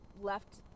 left